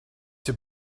have